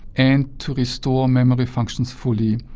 and to restore memory functions fully.